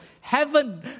heaven